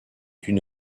une